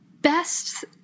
best